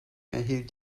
erhielt